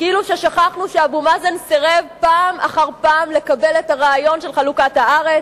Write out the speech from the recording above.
כאילו שכחנו שאבו מאזן סירב פעם אחר פעם לקבל את הרעיון של חלוקת הארץ,